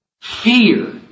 Fear